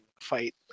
fight